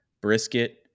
brisket